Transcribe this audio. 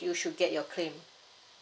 you should get your claim